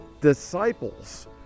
disciples